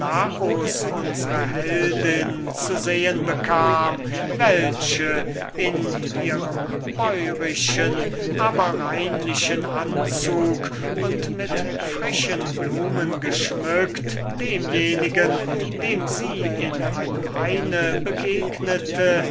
unsre heldin zu gesicht bekam welche in ihrem bäurischen aber reinlichen anzug und mit frischen blumen geschmückt demjenigen dem sie in einem haine begegnete